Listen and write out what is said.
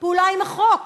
פעולה עם החוק,